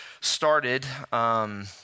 started